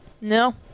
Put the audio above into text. No